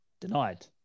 denied